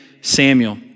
Samuel